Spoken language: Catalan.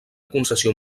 concessió